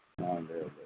లేవ్ లేవ్